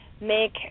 make